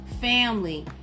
family